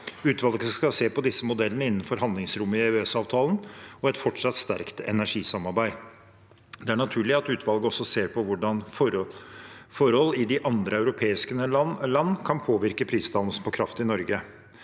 Utvalget skal se på disse modellene innenfor handlingsrommet i EØS-avtalen og et fortsatt sterkt energisamarbeid. Det er naturlig at utvalget også ser på hvordan forhold i andre europeiske land kan påvirke prisdannelsen på kraft i Norge.